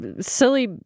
silly